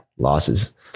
losses